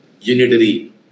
unitary